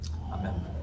Amen